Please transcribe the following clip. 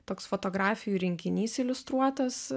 toks fotografijų rinkinys iliustruotas